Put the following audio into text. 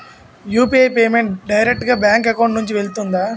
UPI payment direct గా bank account నుంచి వెళ్తుందా?